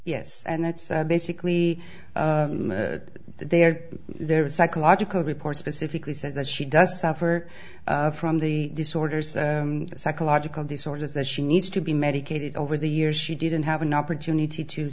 yes and that's basically there there are psychological reports specifically said that she doesn't suffer from the disorders the psychological disorders that she needs to be medicated over the years she didn't have an opportunity to